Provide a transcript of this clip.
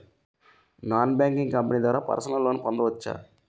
Non banking company ద్వారా personal loan పొందవచ్చా?